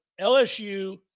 LSU